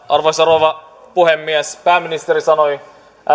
arvoisa rouva puhemies pääministeri sanoi